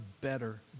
better